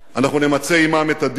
אנחנו נמצה עמם את הדין.